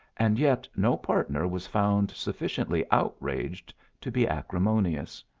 and yet no partner was found sufficiently outraged to be acrimonious.